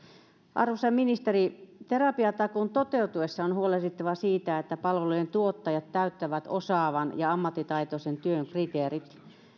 arvoisa ministeri terapiatakuun toteutuessa on huolehdittava siitä että palvelujentuottajat täyttävät osaavan ja ammattitaitoisen työn kriteerit